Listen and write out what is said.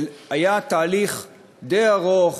והיה תהליך די ארוך,